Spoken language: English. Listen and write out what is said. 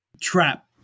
Trap